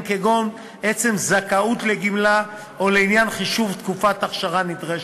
כגון עצם הזכאות לגמלה או לעניין חישוב תקופת אכשרה נדרשת.